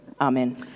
Amen